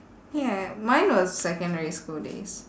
yeah mine was secondary school days